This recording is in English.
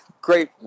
great